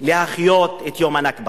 להחיות את יום הנכבה